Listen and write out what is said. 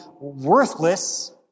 worthless